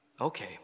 Okay